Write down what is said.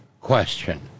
question